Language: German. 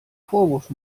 vorwurf